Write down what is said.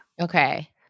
Okay